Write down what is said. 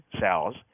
cells